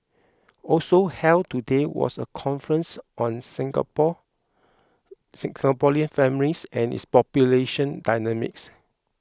also held today was a conference on Singapor Singaporean families and its population dynamics